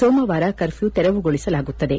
ಸೋಮವಾರ ಕರ್ಫ್ಯೂ ತೆರವುಗೊಳಿಸಲಾಗುತ್ತದೆ